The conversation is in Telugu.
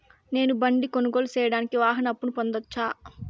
నేను బండి కొనుగోలు సేయడానికి వాహన అప్పును పొందవచ్చా?